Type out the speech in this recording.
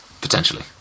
Potentially